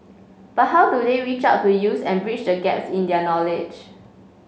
but how do they reach out to youths and bridge the gas in their knowledge